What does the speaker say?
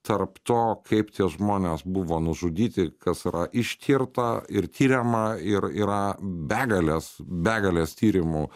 tarp to kaip tie žmonės buvo nužudyti kas yra ištirta ir tiriama ir yra begalės begalės tyrimų